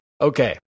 Okay